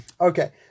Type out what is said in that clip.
okay